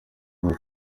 iyi